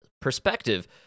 perspective